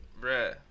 bro